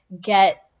get